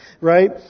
right